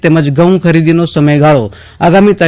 તેમજ ઘઉં ખરીદીનો સમયગાળો આગામી તા